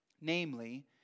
Namely